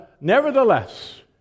nevertheless